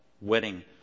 wedding